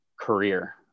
career